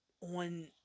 on